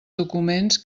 documents